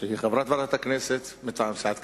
שהיא חברת ועדת הכנסת מטעם סיעת קדימה,